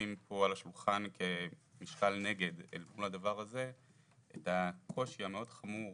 לשים פה על השולחן כמשקל נגד אל מול הדבר הזה את הקושי המאוד חמור